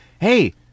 hey